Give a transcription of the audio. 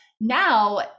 now